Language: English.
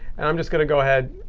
and i'm just going to go ahead.